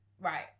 right